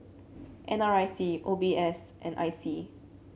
N R I C O B S and I C